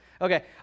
Okay